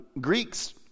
Greeks